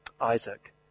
Isaac